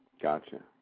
Gotcha